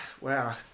wow